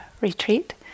retreat